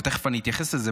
ותכף אני אתייחס לזה,